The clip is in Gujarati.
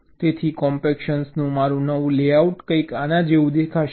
તેથી કોમ્પેક્શનનું મારું નવું લેઆઉટ કંઈક આના જેવું દેખાશે